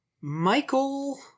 Michael